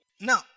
Now